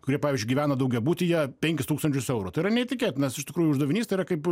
kurie pavyzdžiui gyvena daugiabutyje penkis tūkstančius eurų tai yra neįtikėtinas iš tikrųjų uždavinys tai yra kaip